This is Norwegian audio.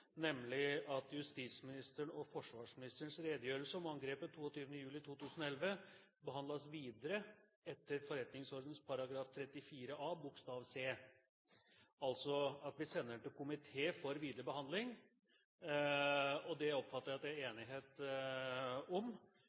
nemlig at justisministerens og forsvarsministerens redegjørelser om angrepet 22. juli 2011 behandles videre etter forretningsordenen § 34a bokstav c. – altså at vi sender den til komité for videre behandling. Det oppfatter jeg at det er enighet om,